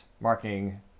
marketing